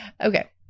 Okay